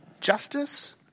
justice